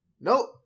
Nope